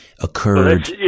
occurred